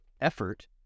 effort